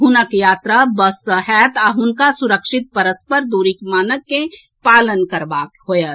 हुनक यात्रा बस सँ होएत आ हुनका सुरक्षित परस्पर दूरीक मानक के पालन करबाक होएत